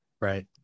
Right